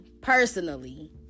personally